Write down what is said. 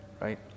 Right